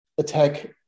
attack